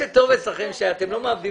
אין לה בעיה שתכתוב שזה לפי דין